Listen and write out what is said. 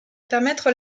permettre